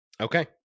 Okay